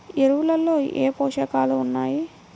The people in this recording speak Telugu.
ఎరువులలో ఏ పోషకాలు ఉన్నాయి?